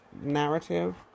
narrative